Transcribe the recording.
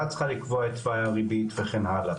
צריכה לקבוע את תוואי הריבית וכן הלאה.